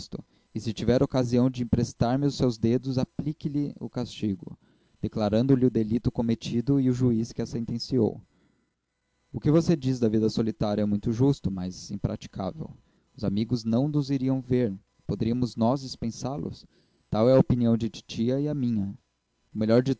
e se tiver ocasião de emprestar me os seus dedos aplique lhe o castigo declarando lhe o delito cometido e o juiz que a sentenciou o que você diz da vida solitária é muito justo mas impraticável os amigos não nos iriam ver e poderíamos nós dispensá los tal é a opinião de titia e a minha o melhor de